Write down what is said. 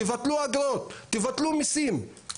תבטלו אגרות, תבטלו מיסים.